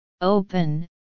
open